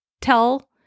tell